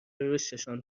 رشدشان